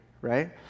Right